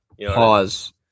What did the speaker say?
Pause